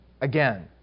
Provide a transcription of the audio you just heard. again